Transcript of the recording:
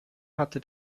hatte